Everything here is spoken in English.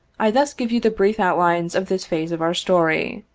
i thus give you the brief outlines of this phase of our story.